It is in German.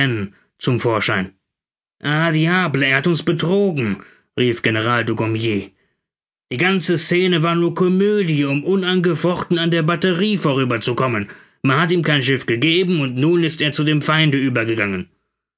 zum vorschein ah diable er hat uns betrogen rief general dugommier die ganze scene war nur komödie um unangefochten an der batterie vorüber zu kommen man hat ihm kein schiff gegeben und nun ist er zu dem feinde übergegangen